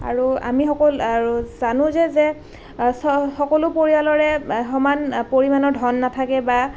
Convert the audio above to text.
আৰু আমি সকলো আৰু জানো যে যে চ সকলো পৰিয়ালৰে সমান পৰিমাণৰ ধন নাথাকে বা